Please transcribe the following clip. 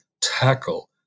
tackle